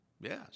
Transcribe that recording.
Yes